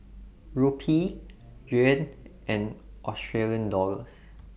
Rupee Yuan and Australian Dollars